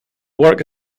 work